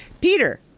Peter